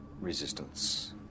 resistance